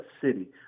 city